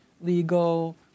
legal